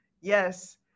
yes